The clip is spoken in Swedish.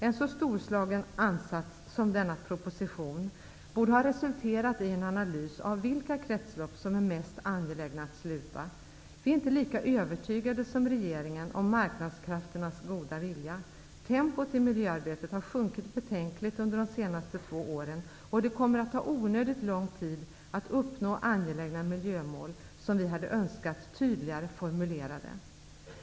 En så storslagen ansats som denna proposition borde ha resulterat i en analys av vilka kretslopp som är mest angelägna att sluta. Vi är inte lika övertygade som regeringen av marknadskrafternas goda vilja. Tempot i miljöarbetet har sjunkit betänkligt under de senaste två åren, och det kommer att ta onödigt lång tid att uppnå angelägna miljömål, som vi hade önskat tydligare formulerade.